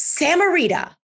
Samarita